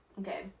Okay